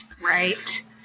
Right